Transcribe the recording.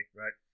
right